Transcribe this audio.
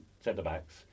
centre-backs